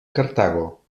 cartago